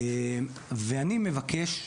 ואני מבקש,